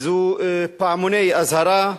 זה פעמוני אזהרה,